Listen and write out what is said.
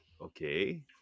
okay